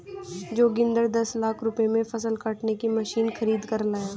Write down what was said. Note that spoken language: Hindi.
जोगिंदर दस लाख रुपए में फसल काटने की मशीन खरीद कर लाया